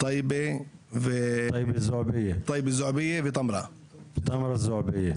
טייבה זועביה וטמרה זועביה.